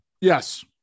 yes